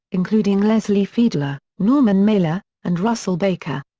including leslie fiedler, norman mailer, and russell baker.